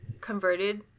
converted